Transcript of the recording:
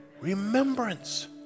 remembrance